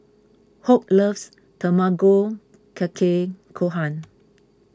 Hope loves Tamago Kake Gohan